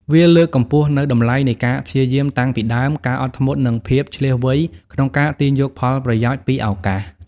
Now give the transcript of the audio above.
វាលើកកម្ពស់នូវតម្លៃនៃការព្យាយាមតាំងពីដើមការអត់ធ្មត់និងភាពឈ្លាសវៃក្នុងការទាញយកផលប្រយោជន៍ពីឱកាស។